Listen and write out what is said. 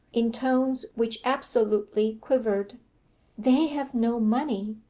in tones which absolutely quivered they have no money.